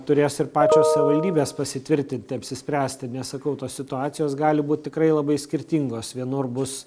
turės ir pačios savivaldybės pasitvirtinti apsispręsti nesakau tos situacijos gali būt tikrai labai skirtingos vienur bus